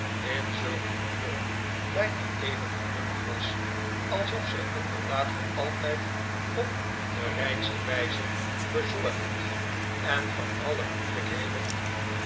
in zulke uren bijna even gelukkig was alsof zij inderdaad voor altijd op de rijkste wijze bezorgd en van alle moeilijkheden